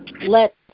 let